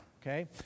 Okay